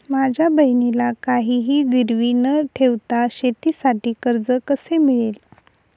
माझ्या बहिणीला काहिही गिरवी न ठेवता शेतीसाठी कर्ज कसे मिळेल?